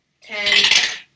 ten